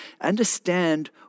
understand